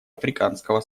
африканского